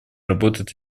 работает